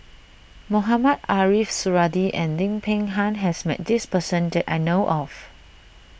Mohamed Ariff Suradi and Lim Peng Han has met this person that I know of